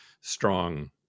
strong